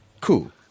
cool